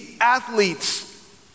athletes